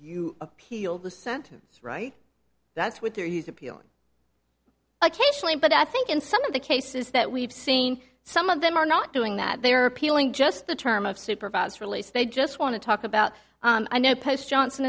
you appeal the sentence right that's what they're he's appealing occasionally but i think in some of the cases that we've seen some of them are not doing that they are appealing just the term of supervised release they just want to talk about i know post johnson